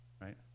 Right